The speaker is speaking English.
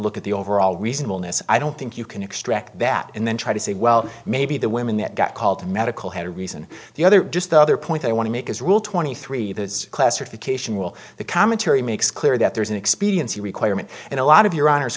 look at the overall reasonableness i don't think you can extract that and then try to say well maybe the women that got called medical had a reason the other just the other point i want to make is rule twenty three the classification will the commentary makes clear that there's an expediency requirement and a lot of your honor